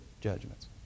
judgments